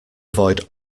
avoid